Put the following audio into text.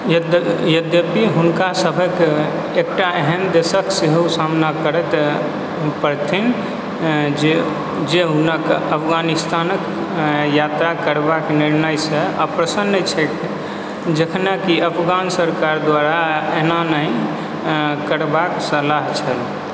यद्यपि हुनका सभक एकटा एहन देशक सेहो सामना करऽ पड़तनि जे हुनक अफगानिस्तानके यात्रा करबाके निर्णयसँ अप्रसन्न छैक जखनकि अफगान सरकार द्वारा ऐना नहि करबाक सलाह छै